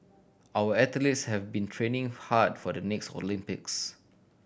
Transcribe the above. our athletes have been training hard for the next Olympics